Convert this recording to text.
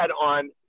on